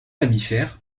mammifères